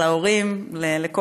להורים ולכל